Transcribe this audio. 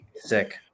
Sick